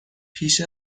پیش